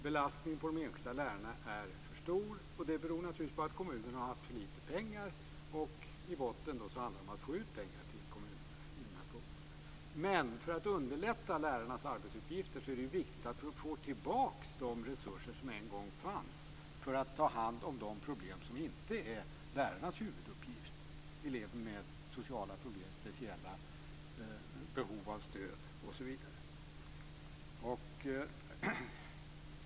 Belastningen för de enskilda lärarna är för stor. Det beror naturligtvis på att kommunerna har haft för lite pengar. I botten handlar det om att få ut pengar till kommunerna. Men för att underlätta lärarnas arbetsuppgifter är det viktigt att vi får tillbaka de resurser som en gång fanns för att ta hand om de problem som inte är lärarnas huvuduppgift - elever med sociala problem, speciella behov av stöd osv.